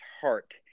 heart